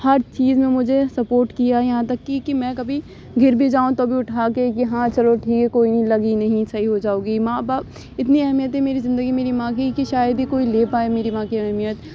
ہر چیز میں مجھے سپوٹ کیا یہاں تک کہ کہ میں کبھی گر بھی جاؤں تو بھی اٹھا کے کہ ہاں چلو ٹھیک ہے کوئی نہیں لگی نہیں صحیح ہو جاؤ گی ماں باپ اتنی اہمیت ہے میری زندگی میری ماں کی کہ شاید ہی کوئی لے پائے میری ماں کی اہمیت